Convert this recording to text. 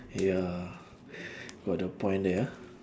ya got a point there ah